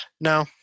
No